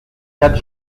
quatre